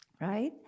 right